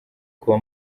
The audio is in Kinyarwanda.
kuba